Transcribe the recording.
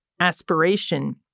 aspiration